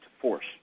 force